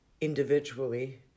individually